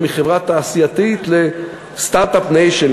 ומחברה תעשייתית ל-Start-up Nation,